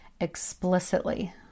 explicitly